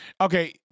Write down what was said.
okay